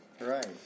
Right